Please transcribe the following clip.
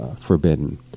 forbidden